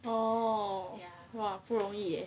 oh !wah! 很不容易 eh